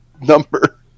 number